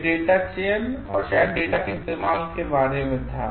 यह डेटा चयन और शायद डेटा के इस्तेमाल के बारे में था